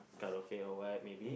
karaoke or what maybe